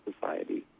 society